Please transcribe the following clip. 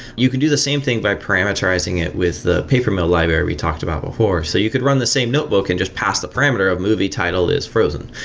you can do the same thing by parameterizing it with the papermill library we talked about before. so you could run the same notebook and just pass the parameter of movie title is frozen,